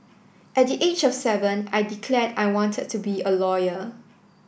at the age of seven I declared I wanted to be a lawyer